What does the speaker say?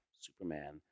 Superman